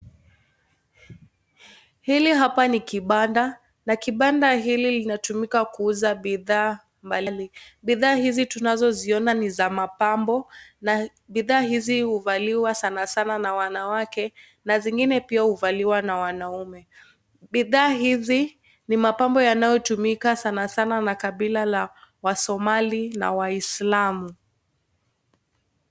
Hili hapa ni kibanda na kibanda hili linatumika kuuza bidhaa mbali, Bidhaa hizi tunazoziona ni za mapambo .Na bidhaa hizi huvaliwa sanasana na wanawake, na vingine pia huvaliwa na wanaume. Bidhaa hizi ni mapambo hutumika sanasana na kabila ya wasomali na waislamu.